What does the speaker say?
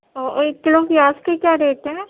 او ایک کلو پیاز کے کیا ریٹ ہیں